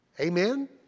Amen